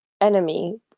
enemy